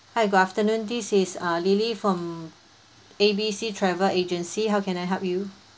hi good afternoon this is uh lily from A B C travel agency how can I help you